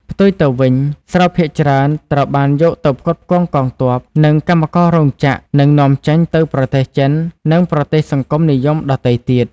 ផ្ទុយទៅវិញ ស្រូវភាគច្រើនត្រូវបានយកទៅផ្គត់ផ្គង់កងទ័ព និងកម្មកររោងចក្រនិងនាំចេញទៅប្រទេសចិន និងប្រទេសសង្គមនិយមដទៃទៀត ។